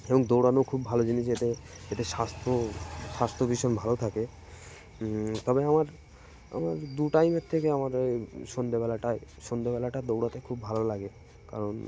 এবং দৌড়ানো খুব ভালো জিনিস এতে এতে স্বাস্থ্য স্বাস্থ্য ভীষণ ভালো থাকে তবে আমার আমার দু টাইমের থেকে আমার ওই সন্ধেবেলাটায় সন্ধেবেলাটা দৌড়াতে খুব ভালো লাগে কারণ